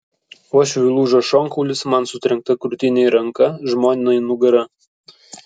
uošviui lūžo šonkaulis man sutrenkta krūtinė ir ranka žmonai nugara